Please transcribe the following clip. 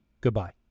goodbye